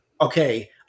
okay